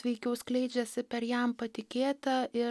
veikiau skleidžiasi per jam patikėtą ir